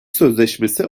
sözleşmesi